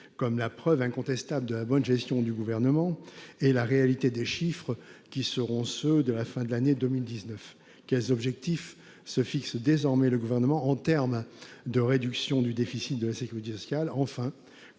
comme la preuve incontestable de la bonne gestion du Gouvernement et la réalité des chiffres de la fin de l'année 2019 ? Quels objectifs se fixe désormais le Gouvernement en termes de réduction du déficit de la sécurité sociale ?